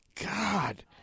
God